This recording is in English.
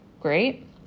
Great